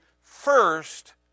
first